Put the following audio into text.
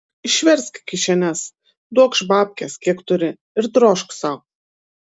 išversk kišenes duokš babkes kiek turi ir drožk sau